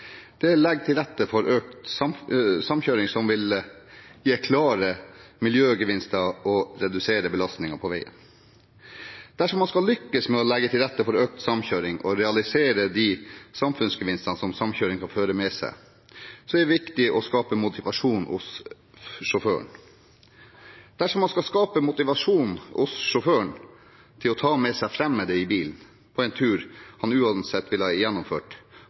Det legger til rette for økt samkjøring, som vil gi klare miljøgevinster og redusere belastningen på veien. Dersom man skal lykkes med å legge til rette for økt samkjøring og realisere de samfunnsgevinstene som samkjøring kan føre med seg, er det viktig å skape motivasjon hos sjåføren. Dersom man skal skape motivasjon hos sjåføren til å ta med seg fremmede i bilen på en tur han uansett ville ha gjennomført,